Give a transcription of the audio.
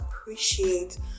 appreciate